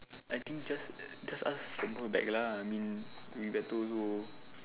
I think just just ask from her back lah I mean will be better also